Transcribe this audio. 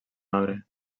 arbre